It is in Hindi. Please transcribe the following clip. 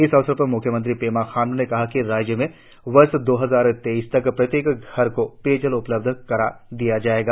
इस अवसर पर म्ख्यमंत्री पेमा खांडू ने कहा कि राज्य में वर्ष दो हजार तेईस तक प्रत्येक घर को पेयजल उपलब्ध करा दिया जाएगा